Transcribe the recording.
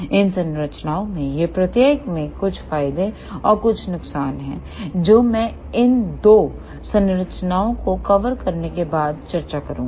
इन संरचनाओं में से प्रत्येक में कुछ फायदे और कुछ नुकसान हैं जो मैं इन दो संरचनाओं को कवर करने के बाद चर्चा करूंगी